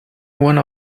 one